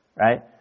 right